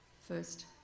first